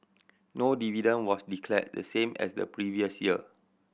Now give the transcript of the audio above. no dividend was declared the same as the previous year